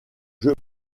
jeux